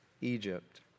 Egypt